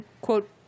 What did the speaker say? quote